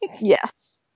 Yes